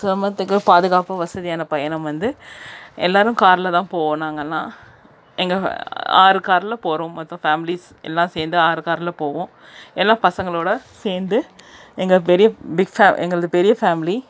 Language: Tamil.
சிரமத்துக்கு பாதுகாப்பு வசதியான பயணம் வந்து எல்லாரும் காரில் தான் போவோம் நாங்களெலாம் எங்கள் ஆறு காரில் போகிறோம்மா தான் ஃபேமிலிஸ் எல்லாம் சேர்ந்து ஆறு காரில் போவோம் எல்லாம் பசங்களோடு சேர்ந்து எங்க பெரிய பிக் ஃபே எங்களுக்கு பெரிய ஃபேமிலி